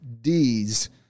D's